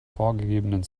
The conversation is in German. vorgegebenen